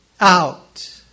out